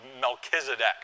Melchizedek